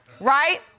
Right